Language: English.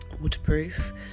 waterproof